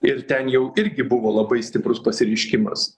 ir ten jau irgi buvo labai stiprus pasireiškimas